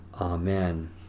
Amen